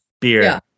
beer